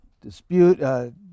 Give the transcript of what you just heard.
dispute